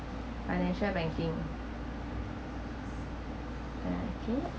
financial banking okay